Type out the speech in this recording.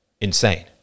insane